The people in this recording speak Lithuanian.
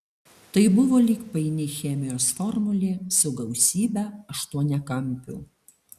tai buvo lyg paini chemijos formulė su gausybe aštuoniakampių